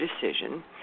decision